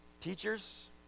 Teachers